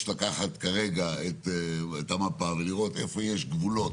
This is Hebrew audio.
לקחת כרגע את המפה ולראות איפה יש גבולות